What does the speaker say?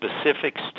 specifics